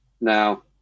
now